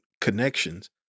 connections